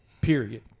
period